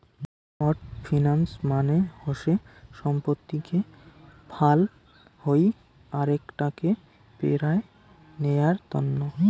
short finance মানে হসে সম্পত্তিকে ফাল হই আরেক টাকে পেরায় নেয়ার তন্ন